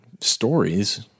stories